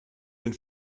den